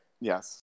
Yes